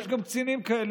לא, קצינים בכירים.